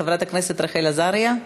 חברת הכנסת רחל עזריה.